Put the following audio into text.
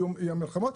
יהיו מלחמות,